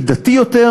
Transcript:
לאמצעי מידתי יותר.